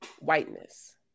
whiteness